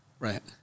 Right